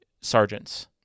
sergeants